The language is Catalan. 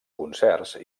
concerts